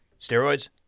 Steroids